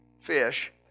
fish